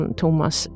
Thomas